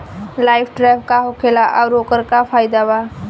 Light trap का होखेला आउर ओकर का फाइदा बा?